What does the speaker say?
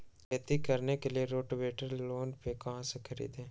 खेती करने के लिए रोटावेटर लोन पर कहाँ से खरीदे?